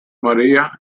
maria